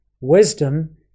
Wisdom